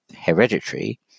hereditary